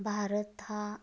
भारत हा